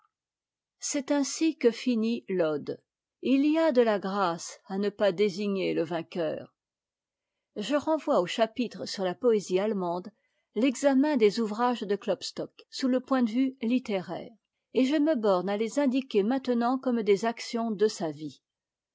c'est ainsi que finit l'ode et il y a de la grâce à ne pas désigner le vainqueur je renvoie au chapitre sur la poésie allemande l'examen des ouvrages de klopstock sous le point de vue littéraire et je me borne à les indiquer maintenant comme des actions de sa vie